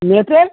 নেটের